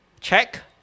Check